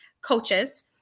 coaches